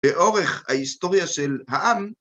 ‫באורך ההיסטוריה של העם.